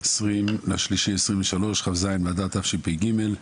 20 במרץ 2023, כ"ז באדר תשפ"ג.